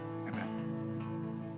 Amen